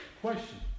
question